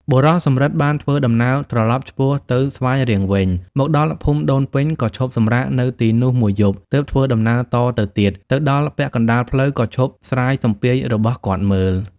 បុរសសំរិទ្ធ បានធ្វើដំណើរត្រឡប់ឆ្ពោះទៅស្វាយរៀងវិញ មកដល់ភូមិដូនពេញក៏ឈប់សម្រាកនៅទីនោះ ១ យប់ ទើបធ្វើដំណើរតទៅទៀត ទៅដល់ពាក់កណ្តាលផ្លូវក៏ឈប់ស្រាយសំពាយរបស់គាត់មើល ។